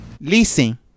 leasing